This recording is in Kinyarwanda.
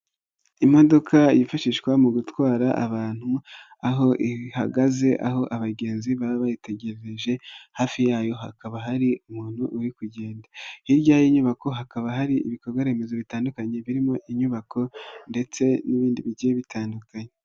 Imodoka yifashishwa mu gutwara abantu aho ihagaze aho abagenzi baba bayitegerereje hafi yayo hakaba hari umuntu uri kugenda, hirya y'inyubako hakaba hari ibikorwaremezo bitandukanye birimo inyubako ndetse n'ibindi bigiye bitandukanye.